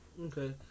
Okay